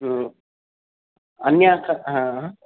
ह्म् अन्या क हा ह